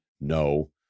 No